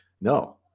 No